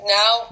now